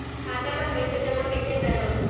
खाता म पईसा जमा कइसे करव?